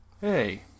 Hey